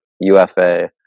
UFA